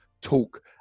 talk